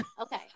Okay